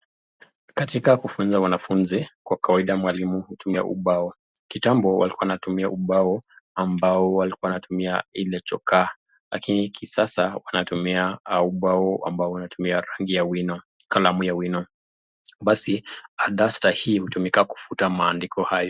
Katika kufunza wanafunzi, kwa kawaida mwalimu hutumia ubao. Kitambo walikuwa wanatumia ubao ambao walikuwa wanatumia ile chokaa lakini kisasa wanatumia ubao ambao wanaotumia rangi ya wino, kalamu ya wino. Basi duster hii hutumika kufuta maandiko hayo.